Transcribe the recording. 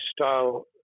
style